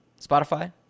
Spotify